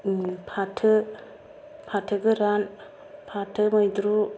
फाथो फाथो गोरान फाथो मैद्रु